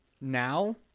now